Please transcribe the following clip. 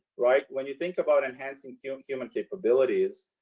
like when you think about enhancing human-human capabilities,